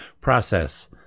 process